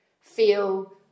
feel